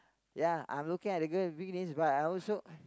ya I'm looking at the girl weekdays but I also